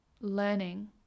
learning